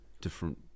different